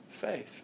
faith